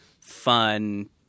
fun